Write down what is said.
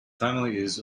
course